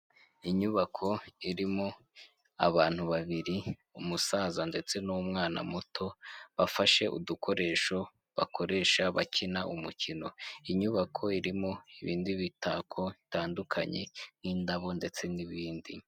Inyubako irimo abantu babiri, umusaza ndetse n'umwana muto bafashe udukoresho bakoresha bakina umukino. Inyubako irimo ibinditako bitandukanye nk'indabo ndetse n'ibindi.